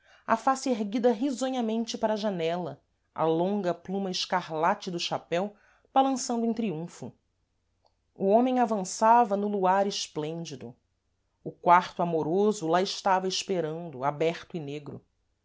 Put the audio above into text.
a face erguida risonhamente para a janela a longa pluma escarlate do chapéu balançando em triunfo o homem avançava no luar esplêndido o quarto amoroso lá estava esperando aberto e negro